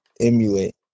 emulate